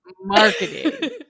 Marketing